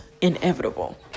inevitable